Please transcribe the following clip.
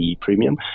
premium